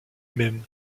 même